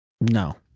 No